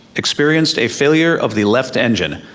experienced a failure of the left engine,